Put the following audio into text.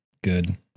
Good